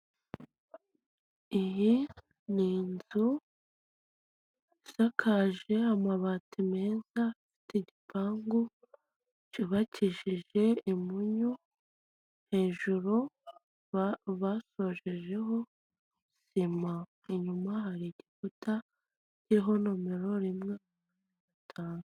Iyi n'inzu isakaje amabati meza afite igipangu cyubakishije imunyu hejuru basojejeho sima, inyuma harigiputa kiriho nomero rimwe, umunani, gatanu.